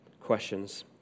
questions